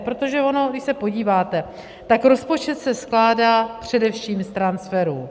Protože ono když se podíváte, tak rozpočet se skládá především z transferů.